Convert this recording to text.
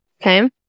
okay